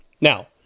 Now